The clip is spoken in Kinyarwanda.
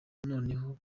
noneho